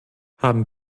haben